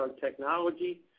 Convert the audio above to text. technology